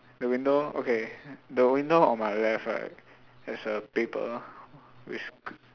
the window okay the window on my left right there's a paper which